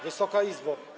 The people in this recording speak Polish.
Wysoka Izbo!